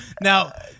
Now